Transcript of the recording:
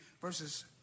verses